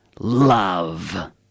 love